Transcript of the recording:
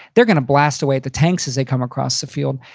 they're gonna blast away at the tanks as they come across the field.